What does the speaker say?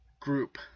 group